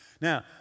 Now